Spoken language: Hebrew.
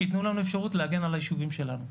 שייתנו לנו אפשרות להגן על היישובים שלנו.